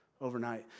overnight